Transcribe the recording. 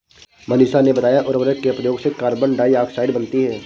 मनीषा ने बताया उर्वरक के प्रयोग से कार्बन डाइऑक्साइड बनती है